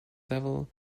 devil